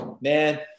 man